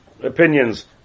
Opinions